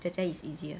姐姐 is easier